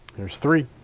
there's three.